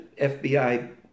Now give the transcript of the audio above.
FBI